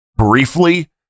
Briefly